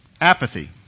Apathy